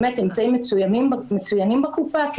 באמת אמצעים מצוינים בקופה,